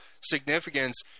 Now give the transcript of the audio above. significance